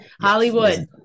Hollywood